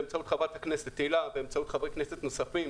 באמצעות חברת הכנסת הילה וחברי כנסת נוספים,